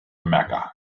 mecca